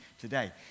today